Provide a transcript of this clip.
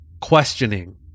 questioning